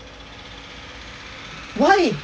why